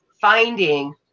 finding